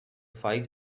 five